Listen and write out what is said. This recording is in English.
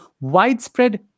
widespread